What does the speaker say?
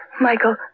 Michael